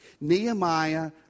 Nehemiah